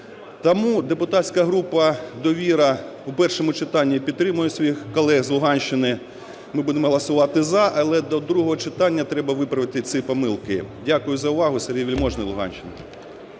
Тому депутатська група "Довіра" в першому читанні підтримує своїх колег з Луганщини, ми будемо голосувати "за". Але до другого читання треба виправити ці помилки. Дякую за увагу. Сергій Вельможний, Луганщина.